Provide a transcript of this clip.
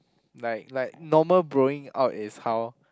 like like normal bro-ing out is how